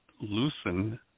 loosen